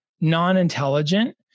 non-intelligent